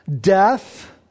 death